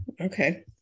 Okay